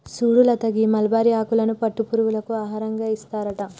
సుడు లత గీ మలబరి ఆకులను పట్టు పురుగులకు ఆహారంగా ఏస్తారట